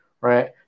right